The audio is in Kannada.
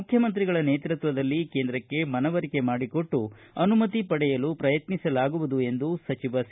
ಮುಖ್ಯಮಂತ್ರಿಗಳ ನೇತೃತ್ವದಲ್ಲಿ ಕೇಂದ್ರಕ್ಕೆ ಮನವರಿಕೆ ಮಾಡಿಕೊಟ್ಟು ಅನುಮತಿ ಪಡೆಯಲು ಶ್ರಯತ್ನಿಸಲಾಗುವುದು ಎಂದು ಸಚಿವ ಸಿ